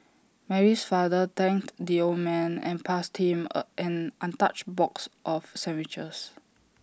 Mary's father thanked the old man and passed him an untouched box of sandwiches